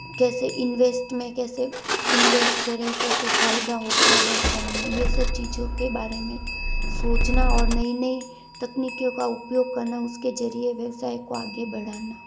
कैसे इन्वेस्ट में कैसे इन्वेस्ट करें कैसे फ़ायदा होगा व्यवसाय में ये सब चीज़ों के बारे में सूचना और नई नई तकनीकियों का उपयोग करना उसके ज़रिए व्यवसाय को आगे बढ़ना